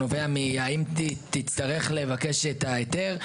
שנובע מהשאלה האם תצטרך לבקש את ההיתר,